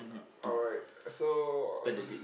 uh alright so